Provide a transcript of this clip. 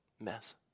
mess